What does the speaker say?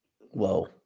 Whoa